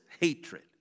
hatred